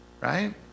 right